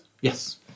Yes